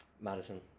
Madison